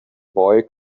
boy